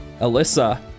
Alyssa